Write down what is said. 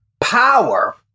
power